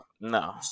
no